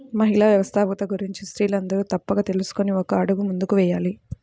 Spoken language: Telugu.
మహిళా వ్యవస్థాపకత గురించి స్త్రీలందరూ తప్పక తెలుసుకొని ఒక అడుగు ముందుకు వేయాలి